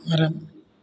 மரம்